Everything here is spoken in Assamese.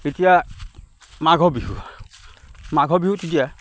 এতিয়া মাঘৰ বিহু মাঘৰ বিহু তেতিয়া